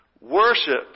Worship